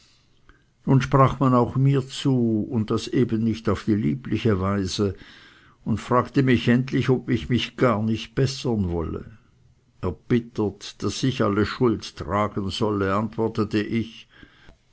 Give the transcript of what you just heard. nun sprach man auch mir zu und das eben nicht auf die lieblichste weise und fragte mich endlich ob ich mich gar nicht bessern wolle erbittert daß ich alle schuld tragen solle antwortete ich